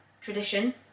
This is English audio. tradition